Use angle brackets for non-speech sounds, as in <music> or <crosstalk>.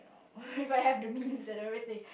<laughs> if I have the means and everything